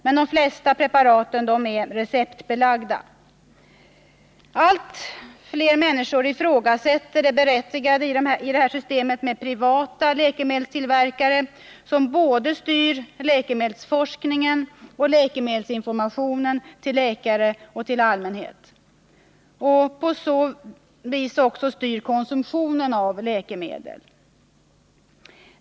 Men de flesta preparaten är receptbelagda. Allt fler människor ifrågasätter det berättigade i detta system med privata läkemedelstillverkare som styr både läkemedelsforskningen och läkemedelsinformationen till läkare och allmänhet, och därigenom också konsumtionen av läkemedel.